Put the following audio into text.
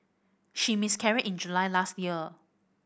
she miscarried in July last year